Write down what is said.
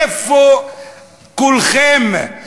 איפה כולכם?